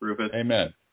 Amen